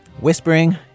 whispering